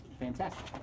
fantastic